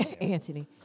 Anthony